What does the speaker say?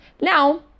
now